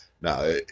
Now